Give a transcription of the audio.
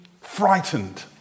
frightened